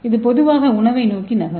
இது பொதுவாக உணவை நோக்கி நகரும்